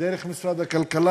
דרך משרד הכלכלה.